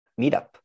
meetup